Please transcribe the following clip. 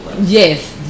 yes